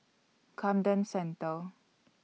Camden Centre